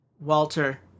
Walter